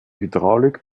hydraulik